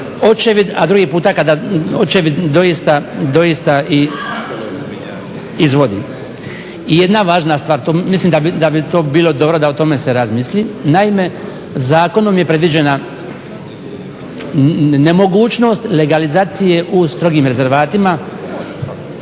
a drugi puta kada očevid doista izvodi. I jedna važna stvar, mislim da bi to bilo dobro da o tome se razmisli, naime zakonom je predviđena nemogućnost legalizacije u strogim rezervatima